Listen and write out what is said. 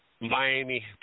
Miami